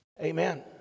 Amen